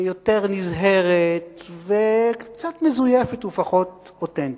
יותר נזהרת וקצת מזויפת ופחות אותנטית.